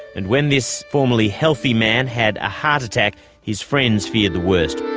and when this formerly healthy man had a heart attack, his friends feared the worst.